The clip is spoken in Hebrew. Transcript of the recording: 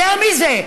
יותר מזה,